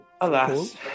alas